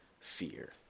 fear